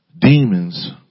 demons